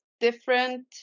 different